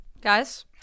Guys